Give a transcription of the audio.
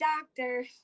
Doctor